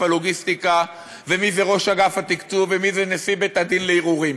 הלוגיסטיקה ומי זה ראש אגף התקצוב ומי זה נשיא בית-הדין לערעורים.